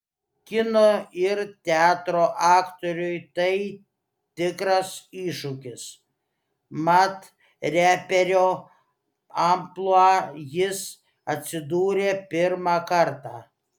kino ir teatro aktoriui tai tikras iššūkis mat reperio amplua jis atsidūrė pirmą kartą